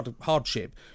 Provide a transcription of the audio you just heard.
hardship